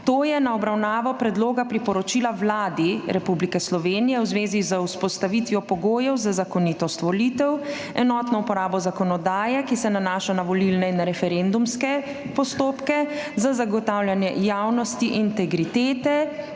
telo obravnaval Predlog priporočila Vladi Republike Slovenije v zvezi z vzpostavitvijo pogojev za zakonitost volitev, enotno uporabo zakonodaje, ki se nanaša na volilne in referendumske postopke, za zagotavljanje javnosti, integritete,